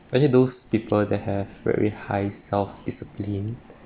I think those people that have very high self discipline